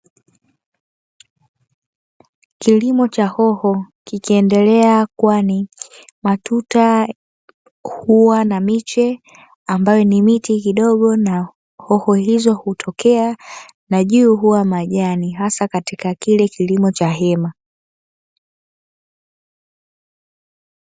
Kilimo cha hoho kikiendelea kwani matuta huwa na miche ambayo ni miti kidogo, na hoho hizo hutokea na juu huwa majani hasa katika kila kilimo cha hema.